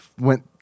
went